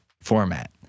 format